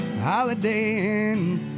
holidays